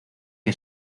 que